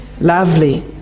Lovely